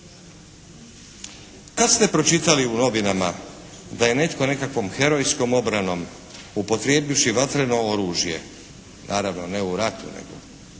Kad ste pročitali u novinama da je netko nekakvom herojskom obranom upotrijebivši vatreno oružje, naravno ne u ratu nego